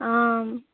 ఆ